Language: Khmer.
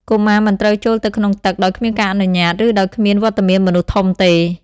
កុមារមិនត្រូវចូលទៅក្នុងទឹក ដោយគ្មានការអនុញ្ញាត ឬដោយគ្មានវត្តមានមនុស្សធំទេ។